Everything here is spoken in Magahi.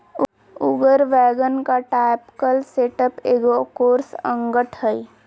उगर वैगन का टायपकल सेटअप एगो कोर्स अंगठ हइ